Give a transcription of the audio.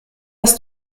das